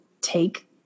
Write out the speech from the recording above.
take